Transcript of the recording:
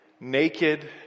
naked